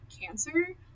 cancer